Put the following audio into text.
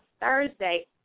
Thursday